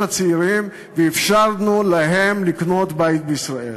הצעירים ואפשרנו להם לקנות בית בישראל.